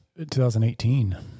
2018